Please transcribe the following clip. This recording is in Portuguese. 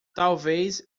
talvez